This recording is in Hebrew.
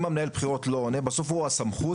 אם המנהל בחירות לא עונה בסוף הוא הסמכות,